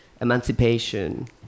emancipation